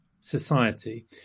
society